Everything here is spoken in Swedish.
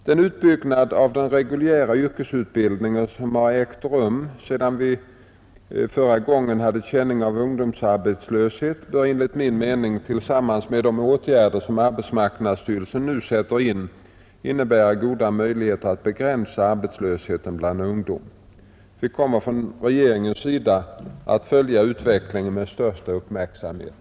Den utbyggnad av den reguljära yrkesutbildningen som har ägt rum sedan vi förra gången hade känning av ungdomsarbetslöshet bör enligt min mening tillsammans med de åtgärder som arbetsmarknadsstyrelsen nu sätter in innebära goda möjligheter att begränsa arbetslösheten bland ungdom. Vi kommer från regeringens sida att följa utvecklingen med största uppmärksamhet.